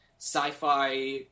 sci-fi